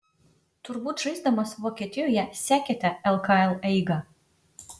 turbūt žaisdamas vokietijoje sekėte lkl eigą